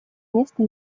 место